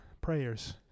prayers